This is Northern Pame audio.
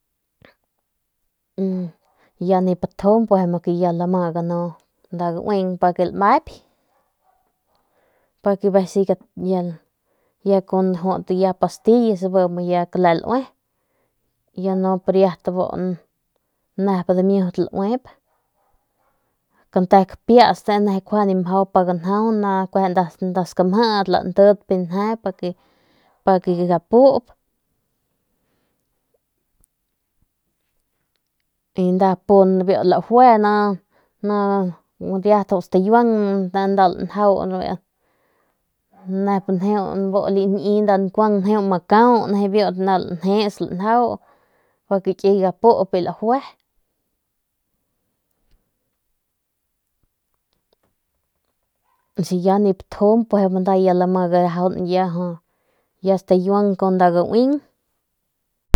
Ya nip tjump be que nda ya lama ganu nda gauin pa que lmaip pa que siga kue con pastillas be kle luep ya nop ariat nep dimiut luep kante kpias ne kjuende majau pa ganjau ne pa nda scamjet lante bi nje pa que gapup y nda pup bi ljue riat stikiuam nda lanjau nep njeu nda lii nda nkuan njeu makau lanjis lanjau pa que kiey gapup bi ljue y si nda nip tjump ya nda lama garajan ya stikiuan con nda gauin.